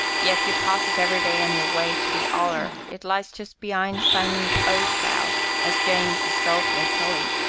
yet you pass it every day on your way to the oller it lays just be'ind simon's oast-'ouse, as james isself will tell ee.